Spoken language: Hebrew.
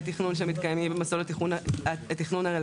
תכנון שמתקיימים במסלולי התכנון הרלוונטיים.